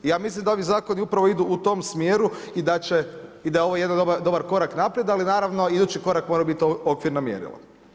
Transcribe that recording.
I ja mislim da ovi zakoni upravo idu u tom smjeru i da je ovo jedan dobar korak naprijed, ali naravno, idući korak mora biti okvirna mjerila.